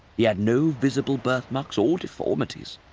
he had no visible birthmarks or deformities.